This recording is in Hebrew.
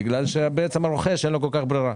בגלל שבעצם לרוכש אין כל כך ברירה.